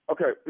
Okay